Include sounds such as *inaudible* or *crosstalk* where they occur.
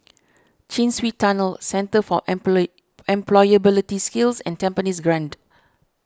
Chin Swee Tunnel Centre for *unintelligible* Employability Skills and Tampines Grande